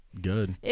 good